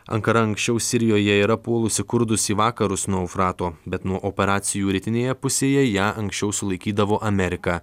ankara anksčiau sirijoje yra puolusi kurdus į vakarus nuo eufrato bet nuo operacijų rytinėje pusėje ją anksčiau sulaikydavo amerika